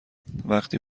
وقتی